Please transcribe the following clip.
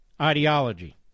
ideology